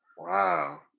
Wow